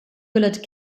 willard